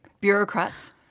Bureaucrats